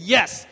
Yes